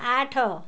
ଆଠ